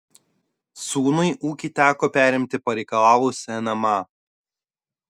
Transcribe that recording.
sūnui ūkį teko perimti pareikalavus nma